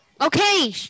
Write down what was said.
Okay